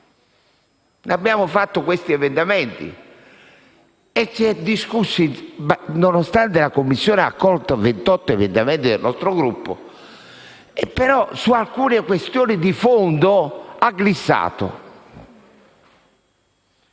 Abbiamo presentato questi emendamenti e se ne è discusso. Nonostante la Commissione abbia accolto 28 emendamenti del nostro Gruppo, su alcune questioni di fondo ha glissato.